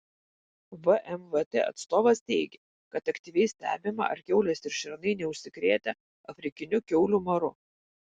vmvt atstovas teigė kad aktyviai stebima ar kiaulės ir šernai neužsikrėtę afrikiniu kiaulių maru